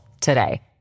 today